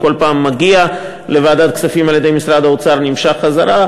כל פעם מגיע לוועדת הכספים על-ידי משרד האוצר ונמשך חזרה,